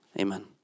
Amen